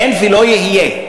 אין ולא יהיה.